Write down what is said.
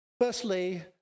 Firstly